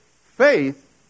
faith